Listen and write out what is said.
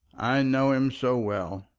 i know him so well.